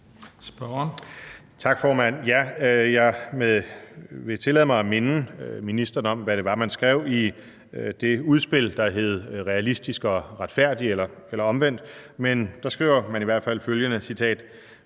Tak, formand. Jeg vil tillade mig at minde ministeren om, hvad det var, man skrev i det udspil, der hed realistisk og retfærdig – eller omvendt. Men der skriver man i hvert fald følgende,